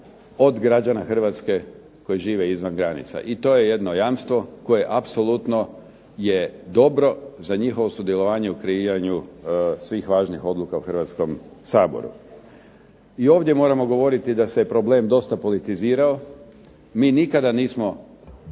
od građana Hrvatske koji žive izvan granica. I to je jedno jamstvo koje apsolutno je dobro za njihovo sudjelovanje u kreiranju svih važnih odluka u Hrvatskom saboru. I ovdje moramo govoriti da se problem dosta politizirao. Mi nikada nismo